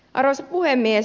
arvoisa puhemies